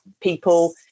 people